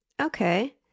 Okay